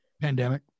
Pandemic